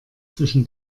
zwischen